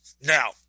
Now